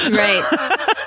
right